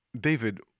David